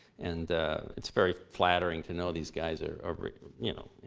and it's very flattering to know these guys are, um you know,